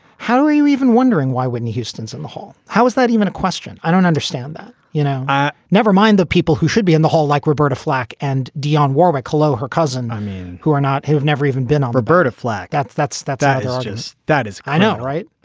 how are you even wondering why whitney houston's in the hall? how is that even a question? i don't understand that. you know, i never mind the people who should be in the hall like roberta flack and dionne warwick. hello, her cousin. i mean, who are not who have never even been on roberta flack. that's that's that that's just that is. i know. right.